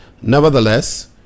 Nevertheless